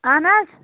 اَہَن حظ